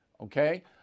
okay